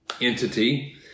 entity